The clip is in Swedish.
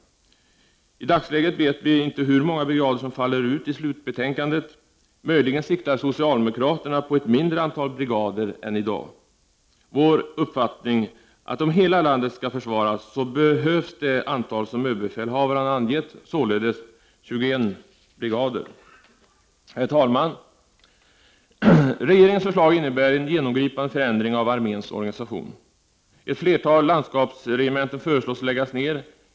I dagsläget vet vi inte hur många brigader som faller ut i slutbetänkandet — möjligen siktar socialdemokraterna på ett mindre antal brigader än i dag. Vår uppfattning är att om hela landet skall försvaras så behövs det antal som ÖB har angett, således 21. Herr talman! Regeringens förslag innebär en genomgripande förändring av arméns organisation. Ett flertal landskapsregementen föreslås bli nedlagda.